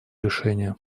решения